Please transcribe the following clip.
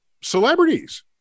celebrities